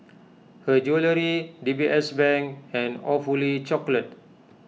Her Jewellery D B S Bank and Awfully Chocolate